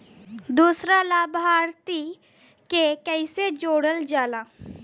दूसरा लाभार्थी के कैसे जोड़ल जाला?